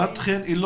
את אתנו